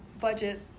budget